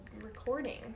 recording